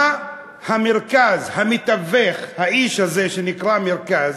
מה המרכז המתווך, האיש הזה שנקרא מרכז,